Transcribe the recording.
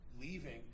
leaving